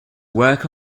work